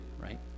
right